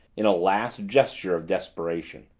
in a last gesture of desperation.